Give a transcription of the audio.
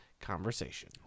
conversation